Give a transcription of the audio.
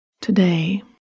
Today